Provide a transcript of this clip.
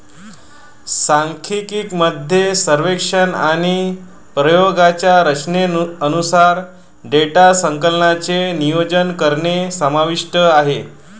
सांख्यिकी मध्ये सर्वेक्षण आणि प्रयोगांच्या रचनेनुसार डेटा संकलनाचे नियोजन करणे समाविष्ट आहे